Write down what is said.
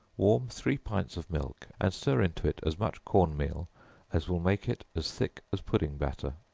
warm three pints of milk, and stir into it as much corn meal as will make it as thick as pudding batter,